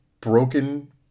broken